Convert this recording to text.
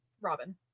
Robin